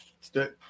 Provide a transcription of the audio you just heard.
Stick